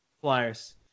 Flyers